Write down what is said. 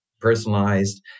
personalized